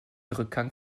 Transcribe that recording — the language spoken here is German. rückgang